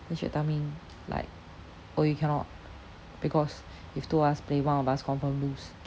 then she will tell me like oh you cannot because if two of us play one of us confirm lose then